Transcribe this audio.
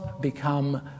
become